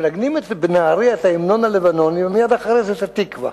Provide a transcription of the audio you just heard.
מנגנים בנהרייה את ההמנון הלבנוני ומייד אחרי זה את "התקווה".